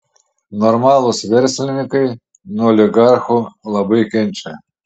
normalūs verslininkai nuo oligarchų labai kenčia